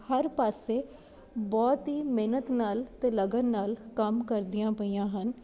ਹਰ ਪਾਸੇ ਬਹੁਤ ਹੀ ਮਿਹਨਤ ਨਾਲ ਅਤੇ ਲਗਨ ਨਾਲ ਕੰਮ ਕਰਦੀਆਂ ਪਈਆਂ ਹਨ